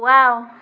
wow